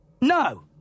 no